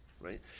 right